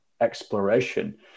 exploration